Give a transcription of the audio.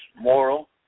moral